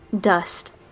dust